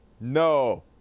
No